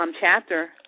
chapter